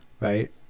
Right